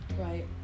Right